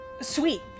sweet